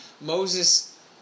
Moses